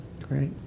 Great